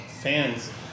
fans